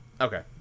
Okay